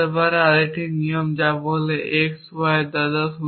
হতে পারে আরেকটি নিয়ম যা বলে যে x y এর দাদা